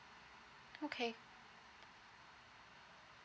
okay